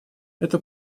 это